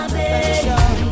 baby